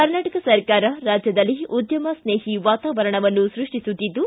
ಕರ್ನಾಟಕ ಸರ್ಕಾರ ರಾಜ್ಯದಲ್ಲಿ ಉದ್ದಮ ಸ್ನೇಹಿ ವಾತಾವರಣವನ್ನು ಸೃಷ್ಟಿಸುತ್ತಿದ್ದು